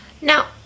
now